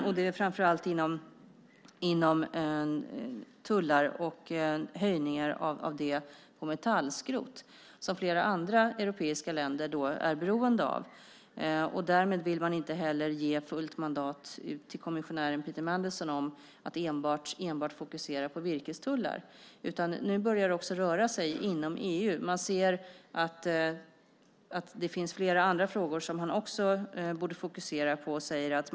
Det gäller framför allt höjning av tullar på metallskrot, som flera andra europeiska länder är beroende av. Därmed vill man inte ge fullt mandat till kommissionär Peter Mandelson att enbart fokusera på virkestullar. Nu börjar det också röra sig inom EU. Det finns flera andra frågor som man också borde fokusera sig på.